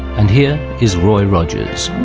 and here is roy rogers.